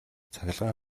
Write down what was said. цахилгаан